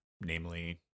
namely